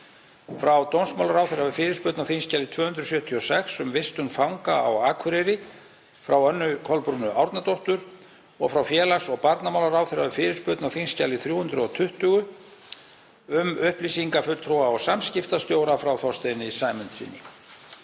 frá dómsmálaráðherra við fyrirspurn á þskj. 276, um vistun fanga á Akureyri, frá Önnu Kolbrúnu Árnadóttur; og frá félags- og barnamálaráðherra við fyrirspurn á þskj. 320, um upplýsingafulltrúa og samskiptastjóra, frá Þorsteini Sæmundssyni.